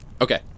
okay